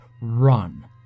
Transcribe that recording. run